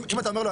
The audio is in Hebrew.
אם אתה אומר לו,